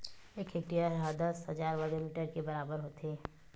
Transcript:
एक हेक्टेअर हा दस हजार वर्ग मीटर के बराबर होथे